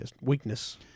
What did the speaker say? weakness